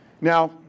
Now